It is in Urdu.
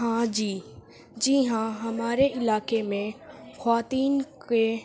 ہاں جی جی ہاں ہمارے علاقے میں خواتین کے